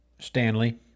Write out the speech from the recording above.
Stanley